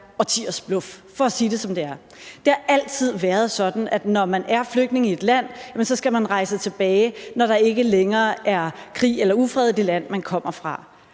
er årtiers bluff. Det har altid været sådan, at når man er flygtning i et land, skal man rejse tilbage, når der ikke længere er krig eller ufred i det land, man kommer fra.